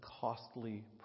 costly